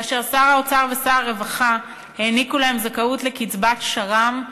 כאשר שר האוצר ושר הרווחה העניקו להם זכאות לקצבת שר"מ,